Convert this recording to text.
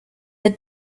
the